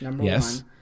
Yes